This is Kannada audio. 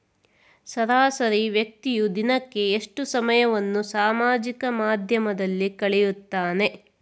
ಸರಾಸರಿ ವ್ಯಕ್ತಿಯು ದಿನಕ್ಕೆ ಎಷ್ಟು ಸಮಯವನ್ನು ಸಾಮಾಜಿಕ ಮಾಧ್ಯಮದಲ್ಲಿ ಕಳೆಯುತ್ತಾನೆ?